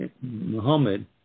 Muhammad